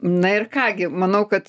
na ir ką gi manau kad